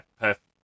perfect